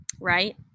right